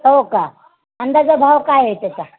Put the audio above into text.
हो का अंदाजे भाव काय आहे त्याचा